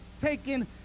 taken